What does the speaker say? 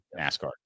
NASCAR